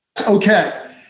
okay